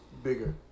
Bigger